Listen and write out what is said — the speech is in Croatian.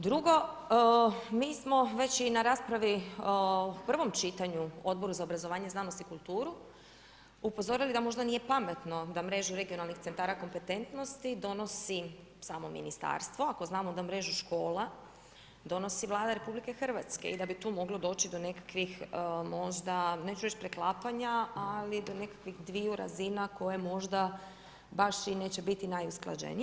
Drugo, mi smo već i na raspravi u prvom čitanju u Odboru za obrazovanje, znanost i kulturu upozorili da možda nije pametno da Mrežu regionalnih centara kompetentnosti donosi samo ministarstvo, ako znamo da mrežu škola donosi Vlada RH i da bi tu moglo doći do nekakvih možda, neću reći preklapanja, ali do nekakvih dviju razina koje možda baš i neće biti najusklađenija.